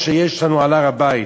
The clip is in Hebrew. שיש לנו על הר-הבית.